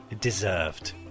deserved